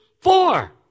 four